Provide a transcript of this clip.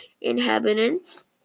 inhabitants